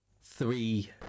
three